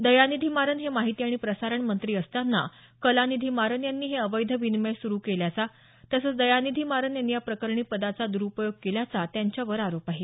दयानिधी मारन हे माहिती आणि प्रसारण मंत्री असताना कलानिधी मारन यांनी हे अवैध विनीमय सुरू केल्याचा तसंच दयानिधी मारन यांनी या प्रकरणी पदाचा दरुपयोग केल्याचा त्यांच्यावर आरोप आहे